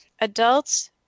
Adults